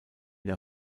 der